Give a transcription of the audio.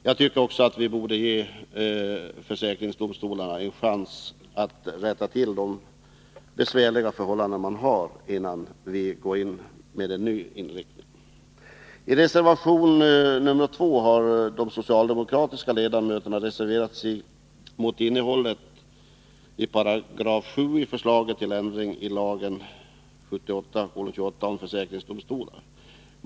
Jag tycker också att vi borde ge försäkringsdomstolarna en chans att rätta till de besvärliga förhållandena, innan vi går in med ny inriktning. innehållet i 7 § i förslaget till ändring i lagen om försäkringsdomstolar.